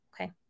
okay